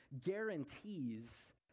guarantees